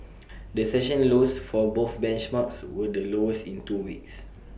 the session lows for both benchmarks were the lowest in two weeks